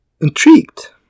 Intrigued